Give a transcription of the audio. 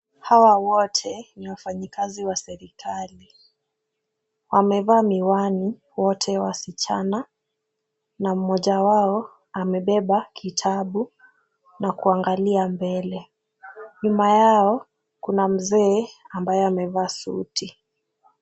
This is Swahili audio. Hawa wote ni wafanyikazi wa serikali, wamevaa miwani wote ni wasichana na mmoja wao amebeba kitabu na kuangalia mbele. Nyuma yao kuna mzee ambaye amevaa suti.